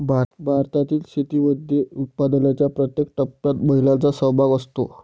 भारतातील शेतीमध्ये उत्पादनाच्या प्रत्येक टप्प्यात महिलांचा सहभाग असतो